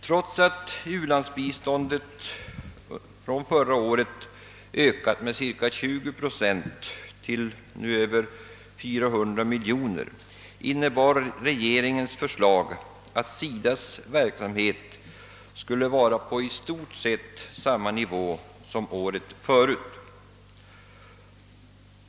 Trots att u-landsbiståndet från förra året ökat med cirka 20 procent till över 400 miljoner kronor innebar regeringens förslag, att SIDA:s verksamhet skulle i stort sett ligga på samma nivå som året innan.